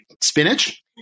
Spinach